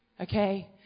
Okay